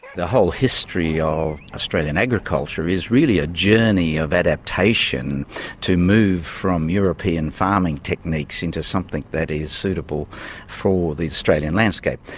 the whole history of um australian agriculture is really a journey of adaptation to move from european farming techniques into something that is suitable for the australian landscape,